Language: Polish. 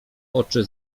oczy